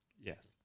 Yes